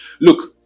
Look